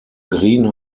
green